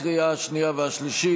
לקריאה השנייה והשלישית.